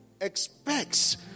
expects